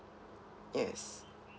yes